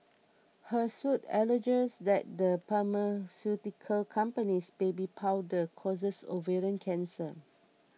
her suit alleges that the pharmaceutical company's baby powder causes ovarian cancer